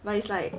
but it's like